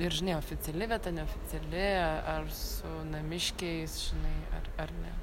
ir žinai oficiali vieta neoficiali a ar su namiškiais žinai ar ar ne